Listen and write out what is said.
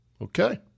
okay